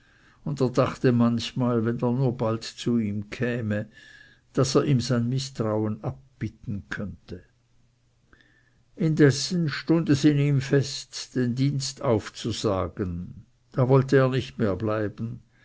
und er dachte manchmal wenn er nur bald zu ihm käme daß er ihm sein mißtrauen abbitten könnte indessen stund es in ihm fest den dienst aufzusagen da wollte er nicht mehr bleiben